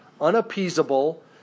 unappeasable